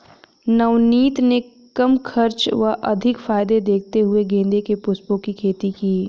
नवनीत ने कम खर्च व अधिक फायदे देखते हुए गेंदे के पुष्पों की खेती की